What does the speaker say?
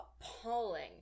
appalling